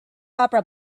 opera